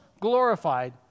glorified